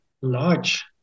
large